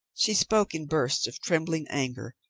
she spoke in bursts of trembling anger,